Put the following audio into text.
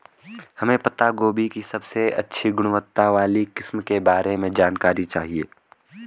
हमें पत्ता गोभी की सबसे अच्छी गुणवत्ता वाली किस्म के बारे में जानकारी चाहिए?